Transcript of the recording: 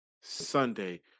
Sunday